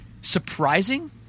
surprising